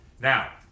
Now